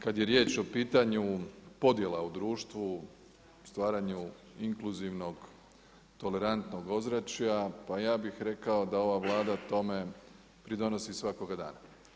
Kada je riječ o pitanju podjela u društvu, stvaranju inkluzivnog tolerantnog ozračja, pa ja bih rekao da ova Vlada tome pridonosi svakoga dana.